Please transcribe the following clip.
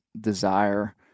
desire